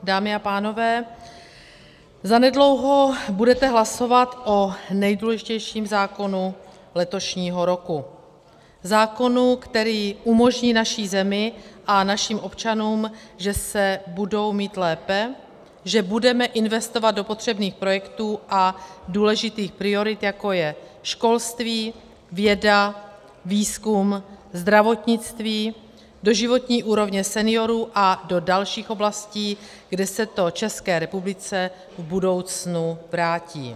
Dámy a pánové, zanedlouho budete hlasovat o nejdůležitějším zákonu letošního roku, zákonu, který umožní naší zemi a našim občanům, že se budou mít lépe, že budeme investovat do potřebných projektů a důležitých priorit, jako je školství, věda, výzkum, zdravotnictví, do životní úrovně seniorů a do dalších oblastí, kde se to České republice v budoucnu vrátí.